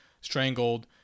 strangled